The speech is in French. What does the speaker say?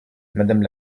madame